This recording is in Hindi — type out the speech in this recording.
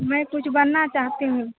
में कुछ बनना चाहती हूँ